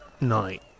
night